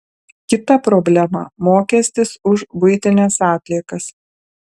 kita problema mokestis už buitines atliekas